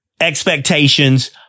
expectations